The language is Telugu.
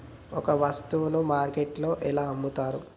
ఒక వస్తువును మార్కెట్లో ఎలా అమ్ముతరు?